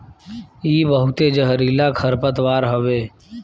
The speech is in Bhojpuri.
इ बहुते जहरीला खरपतवार हवे